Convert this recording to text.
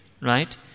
Right